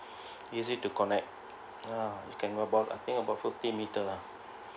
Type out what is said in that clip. easy to connect ya you can about I think about fifty meter lah